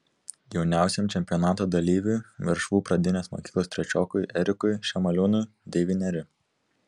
jauniausiajam čempionato dalyviui veršvų pradinės mokyklos trečiokui erikui šemaliūnui devyneri